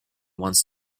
wants